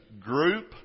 group